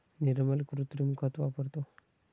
निर्मल कृत्रिम खत वापरतो